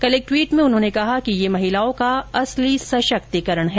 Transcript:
कल एक टवीट में उन्होंने कहा कि यह महिलाओं का असली सशक्तिकरण है